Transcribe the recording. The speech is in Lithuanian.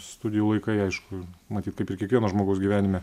studijų laikai aišku matyt kaip ir kiekvieno žmogaus gyvenime